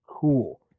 cool